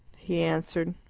he answered,